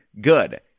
Good